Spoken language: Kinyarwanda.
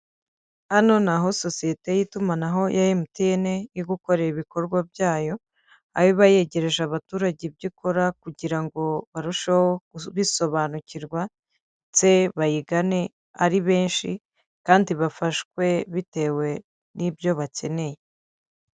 Hano ni aho sosiyete y'itumanaho ya MTN iri gukorera ibikorwa byayo, aho iba yegereje abaturage ibyo ikora kugira ngo barusheho kubisobanukirwa ndetse bayigane ari benshi, kandi bafashwe bitewe n'ibyo bakeneye.